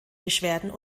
beschwerden